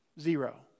Zero